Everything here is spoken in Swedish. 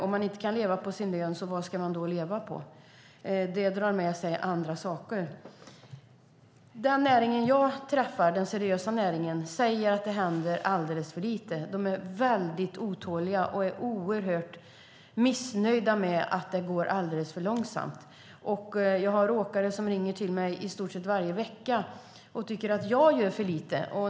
Om man inte kan leva på sin lön, vad ska man då leva på? Det drar med sig andra saker. Inom den näring som jag träffar, den seriösa näringen, säger man att det händer alldeles för lite. De är otåliga och är oerhört missnöjda med att det går alldeles för långsamt. Åkare ringer till mig i stort sett varje vecka och tycker att jag gör för lite.